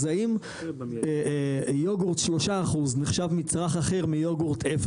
אז האם יוגורט 3% נחשב מצרך אחר מיוגורט 0%,